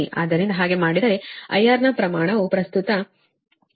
ಆದ್ದರಿಂದ ಹಾಗೆ ಮಾಡಿದರೆ IR ನ ಪ್ರಮಾಣವು ಪ್ರಸ್ತುತ 477